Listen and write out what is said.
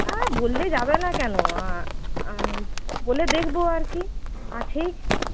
বললে যাবে না কেন বলে দেখব আর কি আছেই